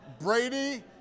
Brady